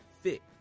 fit